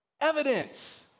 Evidence